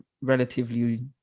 relatively